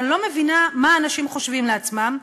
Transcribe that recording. אני לא מבינה מה אנשים חושבים לעצמם.